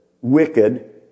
wicked